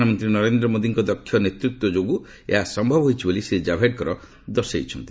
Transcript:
ପ୍ରଧାନମନ୍ତ୍ରୀ ନରେନ୍ଦ୍ର ମୋଦୀଙ୍କ ଦକ୍ଷ ନେତୃତ୍ୱ ଯୋଗୁଁ ଏହା ସମ୍ଭବ ହୋଇଛି ବୋଲି ଶ୍ରୀ ଜାଭେଡକର କହିଛନ୍ତି